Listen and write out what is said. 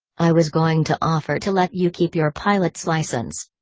i was going to offer to let you keep your pilot's license.